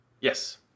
yes